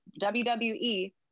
WWE